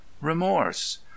remorse